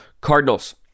Cardinals